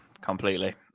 completely